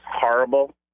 horrible